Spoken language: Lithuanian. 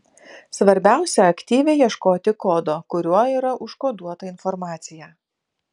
svarbiausia aktyviai ieškoti kodo kuriuo yra užkoduota informacija